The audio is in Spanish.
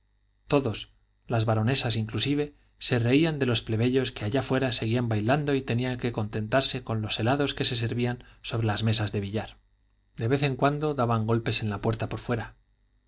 todos las baronesas inclusive se reían de los plebeyos que allá fuera seguían bailando y tenían que contentarse con los helados que se servían sobre las mesas de billar de vez en cuando daban golpes en la puerta por fuera